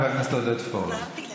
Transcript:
חבר הכנסת עודד פורר.